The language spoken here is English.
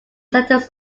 settles